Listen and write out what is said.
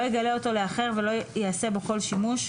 לא יגלה אותו לאחר ולא יעשה בו כל שימוש,